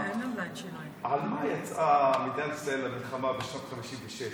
על מה יצאה מדינת ישראל למלחמה בשנת 1956?